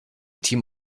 team